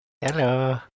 Hello